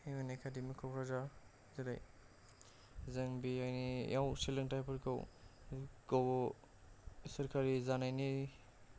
U एन academy Kokrajhar जेरै जों बेयाव सोलोंथाइफोरखौ सोरखारि जानायनि